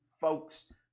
folks